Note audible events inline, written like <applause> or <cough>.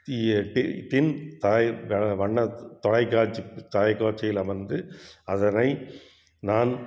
பின் <unintelligible> வண்ண தொலைக்காட்சி தொலைக்காட்சியில் அமர்ந்து அதனை நான்